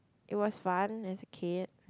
it was fun as a kid